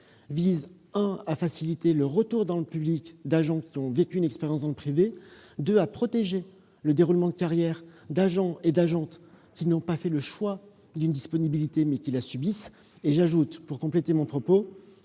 à faciliter le retour dans le public d'agents qui ont vécu une expérience dans le privé et, ensuite, à protéger le déroulement de carrière d'agents et d'agentes qui n'ont pas fait le choix d'une disponibilité, mais qui la subissent. J'ajoute pour compléter mon propos